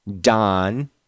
don